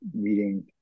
reading